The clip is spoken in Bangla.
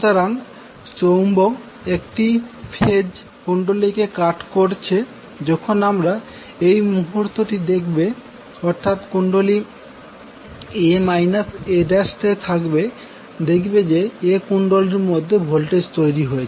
সুতরাং চৌম্বক একটি ফেজ কুন্ডলীকে কাট করছে যখন আমরা এই মুহূর্তটি দেখব অর্থাৎ কুন্ডলী a a'তে দেখব যে A কুন্ডলীর মধ্যে ভোল্টেজ তৈরি হয়েছে